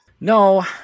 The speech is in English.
No